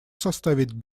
составить